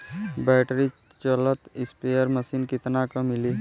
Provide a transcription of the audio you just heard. Battery चलत sprayer machine कितना क मिली?